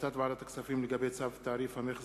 החלטת ועדת הכספים בדבר צו תעריף המכס